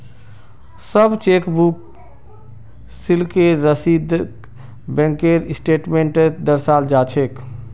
सब चेकबुक शुल्केर रसीदक बैंकेर स्टेटमेन्टत दर्शाल जा छेक